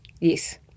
Yes